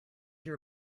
your